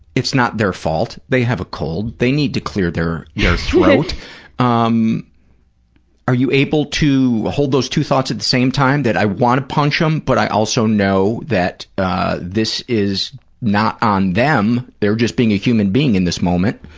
it's not their fault, they have a cold, they need to clear their yeah throat charlynn paul um are you able to hold those two thoughts at the same time, that i want to punch them but i also know that ah this is not on them, they're just being a human being in this moment?